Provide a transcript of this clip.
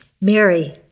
Mary